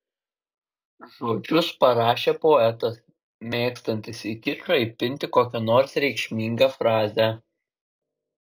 žodžius parašė poetas mėgstantis į kičą įpinti kokią nors reikšmingą frazę